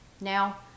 Now